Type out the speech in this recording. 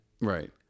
Right